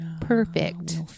perfect